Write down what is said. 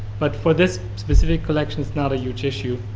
but for this specific collection, it's not a huge issue,